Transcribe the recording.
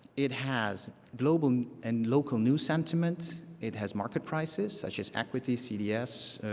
it has global and local news sentiment. it has market prices, such as equity, cds,